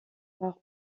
part